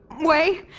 wei,